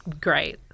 great